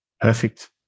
Perfect